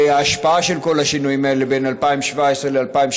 ההשפעה של כל השינויים האלה בין 2017 ל-2016.